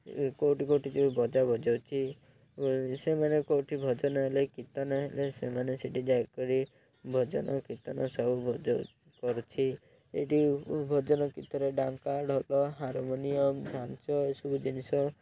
କେଉଁଠି କେଉଁଠି ଯେଉଁ ବଜା ବଜଉଛି ସେମାନେ କେଉଁଠି ଭଜନ ହେଲେ କୀର୍ତ୍ତନ ହେଲେ ସେମାନେ ସେଠି ଯାଇକରି ଭଜନ କୀର୍ତ୍ତନ ସବୁ ବଜଉ କରୁଛି ଏଠି ଭଜନ କୀର୍ତ୍ତନ ଡ଼ାଙ୍କା ଡ଼କ ହାରମୋନିୟମ୍ ଝାଞ୍ଚ ଏସବୁ ଜିନିଷ